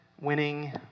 winning